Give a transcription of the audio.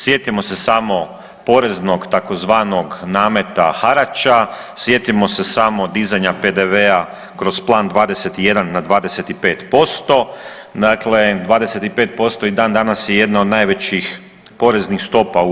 Sjetimo se samo poreznog tzv. nameta harača, sjetimo se samo dizanja PDV-a kroz Plan 21. na 25%, dakle 25% i dan danas je jedna od najvećih poreznih stopa u EU.